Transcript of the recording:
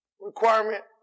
requirement